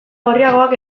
gorriagoak